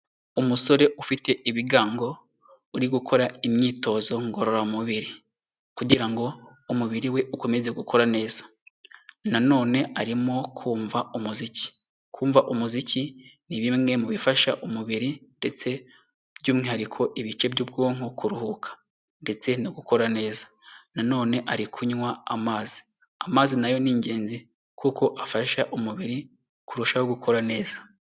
Umusore ufite ibigango urigukora imyitozo ngororamubiri kugira ngo umubiri we ukomeze gukora neza. Nanone arimo kumva umuziki. Kumva umuziki ni bimwe mu bifasha umubiri ndetse by'umwihariko ibice by'ubwonko kuruhuka ndetse no gukora neza. Nanone arikunwa amazi. Amazi na yo ni ingenzi kuko afasha umubiri kurushaho gukora neza.